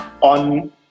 on